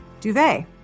Duvet